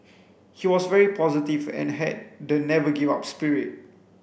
he was very positive and had the never give up spirit